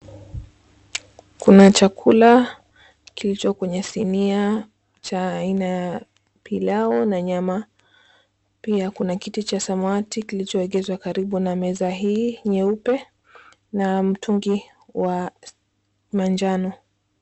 Kuna chakula kilicho kwenye sinia cha aina ya pilau na nyama, pia kuna kiti cha samawati kilichoegezwa karibu na meza hii nyeupe na mtungi wa manjano.